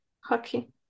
Hockey